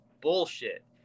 bullshit